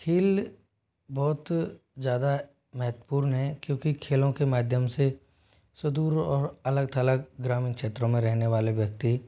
खेल बहुत ज़्यादा महत्वपूर्ण है क्योंकि खेलों के माध्यम से सुदूर और अलग थलग ग्रामीण क्षेत्रों में रहने वाले व्यक्ति